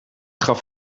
gaf